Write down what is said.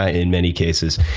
ah in many cases.